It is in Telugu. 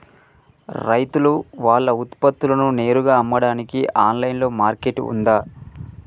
రైతులు వాళ్ల ఉత్పత్తులను నేరుగా అమ్మడానికి ఆన్లైన్ మార్కెట్ ఉందా?